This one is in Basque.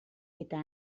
eta